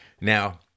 Now